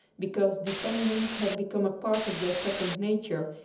because dependence had become a part of their second nature,